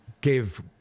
give